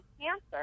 cancer